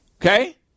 Okay